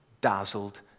dazzled